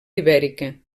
ibèrica